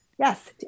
Yes